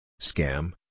Scam